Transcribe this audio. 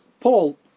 Paul